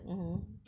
mmhmm